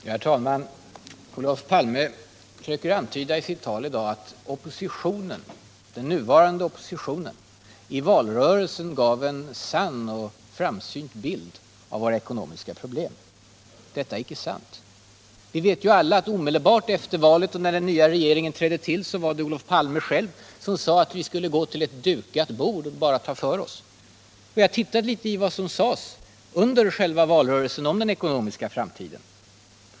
Herr talman! Olof Palme försökte i sitt tal i dag antyda att den nuvarande oppositionen i valrörelsen gav en sann och framsynt bild av våra ekonomiska problem. Det är icke sant. Omedelbart efter valet, när den nya regeringen tillträdde, sade Olof Palme själv att vi gick till ett ”dukat bord” och bara hade att ta för oss. Jag har tittat litet på vad som sades under själva valrörelsen om den ekonomiska framtiden.